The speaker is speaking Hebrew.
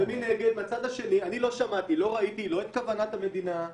אני לא שמעתי ולא ראיתי שיש כוונה של המדינה,